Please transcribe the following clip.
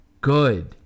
good